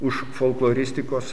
už folkloristikos